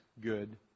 good